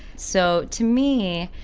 so to me,